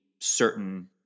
certain